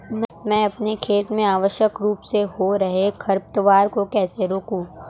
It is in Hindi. मैं अपने खेत में अनावश्यक रूप से हो रहे खरपतवार को कैसे रोकूं?